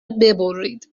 ببرید